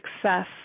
success